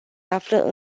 află